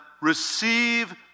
receive